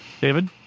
David